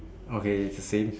okay it safe